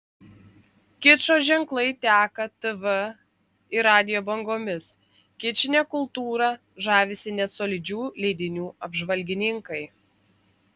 kičo ženklai teka tv ir radijo bangomis kičine kultūra žavisi net solidžių leidinių apžvalgininkai